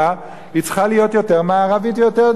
היא צריכה להיות יותר מערבית ויותר,